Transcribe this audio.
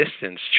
distance